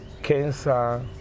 Cancer